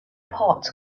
pot